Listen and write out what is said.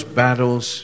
battles